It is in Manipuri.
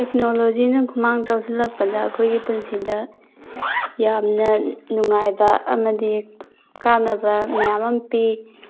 ꯇꯦꯛꯅꯣꯂꯣꯖꯤꯅ ꯈꯨꯃꯥꯡ ꯆꯥꯎꯁꯤꯜꯂꯛꯄꯗ ꯑꯩꯈꯣꯏꯒꯤ ꯄꯨꯟꯁꯤꯗ ꯌꯥꯝꯅ ꯅꯨꯡꯉꯥꯏꯕ ꯑꯃꯗꯤ ꯀꯥꯟꯅꯕ ꯃꯌꯥꯝ ꯑꯃ ꯄꯤ